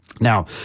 Now